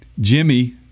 Jimmy